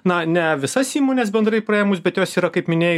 na ne visas įmones bendrai praėmus bet jos yra kaip minėjai